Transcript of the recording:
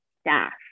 staff